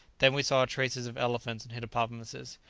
then we saw traces of elephants and hippopotamuses,